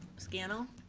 scannell?